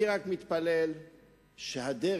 אני רק מתפלל שהדרך,